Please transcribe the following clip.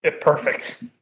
perfect